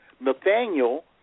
Nathaniel